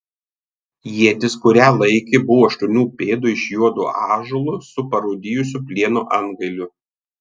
ietis kurią laikė buvo aštuonių pėdų iš juodo ąžuolo su parūdijusio plieno antgaliu